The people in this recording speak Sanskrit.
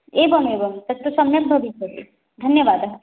एवम् एवं तत्तु सम्यक् भविष्यति धन्यवादः